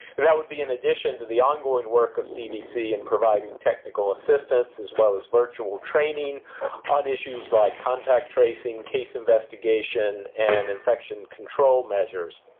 and that would be in addition to the ongoing work of cdc in providing technical assistance as well as virtual training on issues like contact tracing, case investigation, and infection control measures.